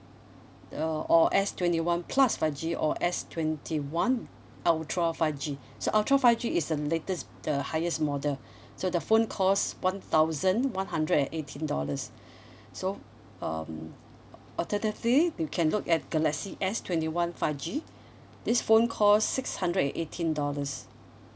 uh or S twenty one plus five G or S twenty one ultra five G so ultra five G is the latest the highest model so the phone cost one thousand one hundred and eighteen dollars so um alternatively you can look at galaxy S twenty one five G this phone cost six hundred and eighteen dollars